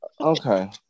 Okay